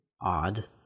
odd